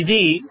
ఇది 2